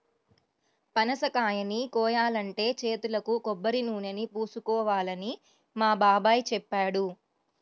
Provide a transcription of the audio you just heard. పనసకాయని కోయాలంటే చేతులకు కొబ్బరినూనెని పూసుకోవాలని మా బాబాయ్ చెప్పాడు